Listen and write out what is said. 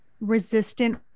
resistant